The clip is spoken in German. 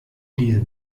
diesem